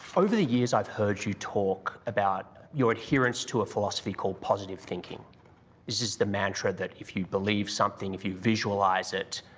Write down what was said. over the years, i've heard you talk about your adherence to a philosophy called positive thinking. this is the mantra that if you believe something, if you visualize it,